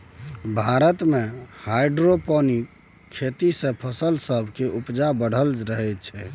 भारत मे हाइड्रोपोनिक खेती सँ फसल सब केर उपजा बढ़ि रहल छै